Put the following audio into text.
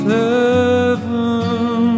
heaven